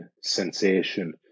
sensation